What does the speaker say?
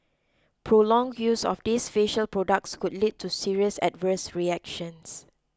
prolonged use of these facial products could lead to serious adverse reactions